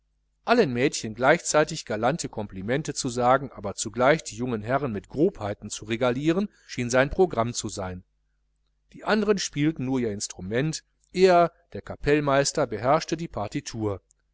allen mädchen gleichzeitig galante komplimente zu sagen aber zugleich die jungen herren mit grobheiten zu regalieren schien sein programm zu sein die andern spielten nur ihr instrument er der kapellmeister beherrschte die partitur